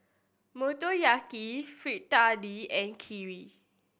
Motoyaki Fritada and Kheer